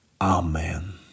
Amen